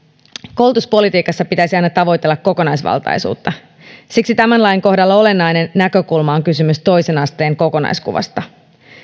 koulutuspolitiikassa pitäisi aina tavoitella kokonaisvaltaisuutta siksi tämän lain kohdalla olennainen näkökulma on kysymys toisen asteen kokonaiskuvasta